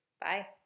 Bye